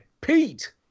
Pete